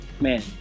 man